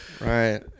Right